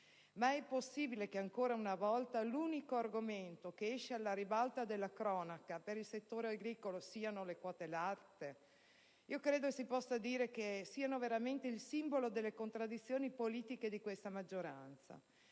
Ma è possibile che, ancora una volta, l'unico argomento che esce alla ribalta della cronaca per il settore agricolo siano le quote latte? Credo si possa dire ormai che siano il simbolo delle contraddizioni politiche di questa maggioranza.